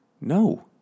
No